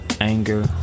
anger